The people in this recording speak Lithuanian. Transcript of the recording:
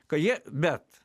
kai jie bet